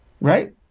right